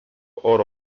oro